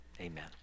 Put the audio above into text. amen